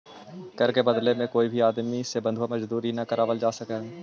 कर के बदले में कोई भी आदमी से बंधुआ मजदूरी न करावल जा सकऽ हई